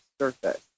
Surface